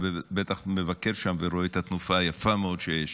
אתה בטח מבקר שם ורואה את התנופה היפה מאוד שיש,